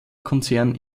konzern